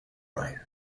right